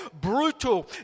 brutal